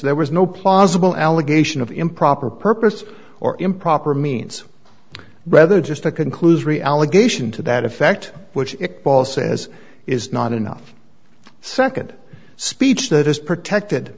there was no plausible allegation of improper purpose or improper means rather just a conclusion the allegation to that effect which it paul says is not enough nd speech that is protected